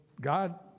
God